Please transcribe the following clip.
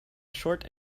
short